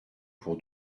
pour